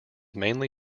mainly